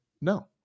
no